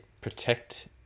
protect